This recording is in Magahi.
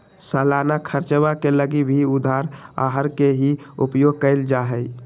सालाना खर्चवा के लगी भी उधार आहर के ही उपयोग कइल जाहई